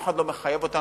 אף אחד לא מחייב אותנו,